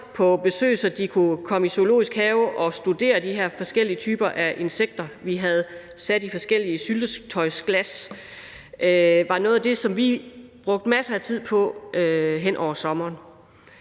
på besøg, så de kunne komme i zoologisk have og studere de her forskellige typer af insekter, vi havde sat i forskellige syltetøjsglas. Det var noget af det, som vi brugte masser af tid på hen over sommeren.